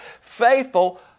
faithful